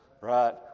right